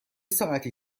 ساعتی